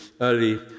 early